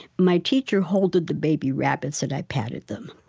my teacher holded the baby rabbits and i patted them.